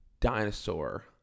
dinosaur